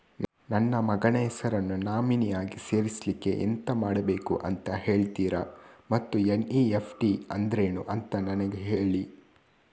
ನನ್ನ ಮಗನ ಹೆಸರನ್ನು ನಾಮಿನಿ ಆಗಿ ಸೇರಿಸ್ಲಿಕ್ಕೆ ಎಂತ ಮಾಡಬೇಕು ಅಂತ ಹೇಳ್ತೀರಾ ಮತ್ತು ಎನ್.ಇ.ಎಫ್.ಟಿ ಅಂದ್ರೇನು ಅಂತ ನನಗೆ ಹೇಳಿ